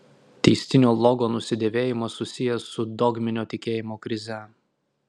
teistinio logo nusidėvėjimas susijęs su dogminio tikėjimo krize